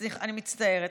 אני מצטערת.